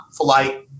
flight